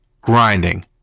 grinding